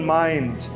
mind